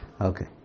Okay